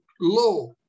law